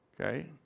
okay